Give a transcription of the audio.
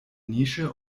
nische